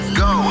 go